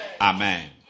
amen